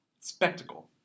spectacle